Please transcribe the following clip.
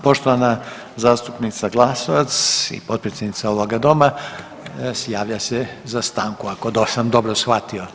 Poštovana zastupnica Glasovac i potpredsjednica ovoga doma javlja se za stanku ako sam dobro shvatio.